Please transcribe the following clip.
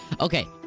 okay